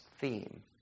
theme